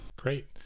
Great